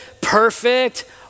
perfect